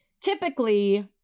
typically